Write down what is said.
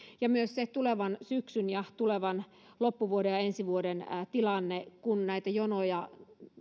myös tulevan syksyn ja tulevan loppuvuoden ja ensi vuoden tilanteessa kun näitä jonoja